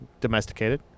domesticated